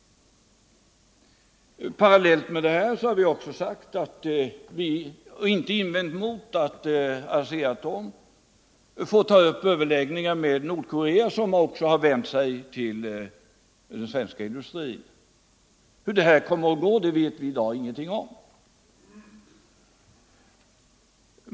Parallellt med detta har vi inte invänt emot att ASEA-Atom får ta upp överläggningar med Nordkorea som också har vänt sig till den svenska industrin. Hur det kommer att gå med detta vet vi i dag ingenting om.